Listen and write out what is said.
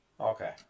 okay